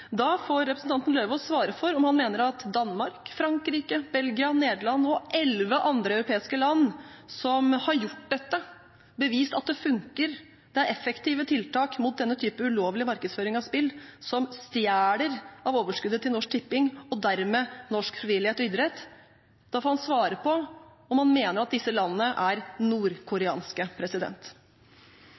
Da får representanten Løvaas svare på om han mener at Danmark, Frankrike, Belgia, Nederland og elleve andre europeiske land som har gjort dette, er «nordkoreanske». De har bevist at det funker, og at det er effektive tiltak mot denne type ulovlig markedsføring av spill som stjeler av overskuddet til Norsk Tipping og dermed norsk frivillighet og idrett.